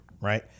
right